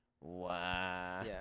Wow